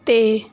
ਤੇ